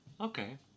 Okay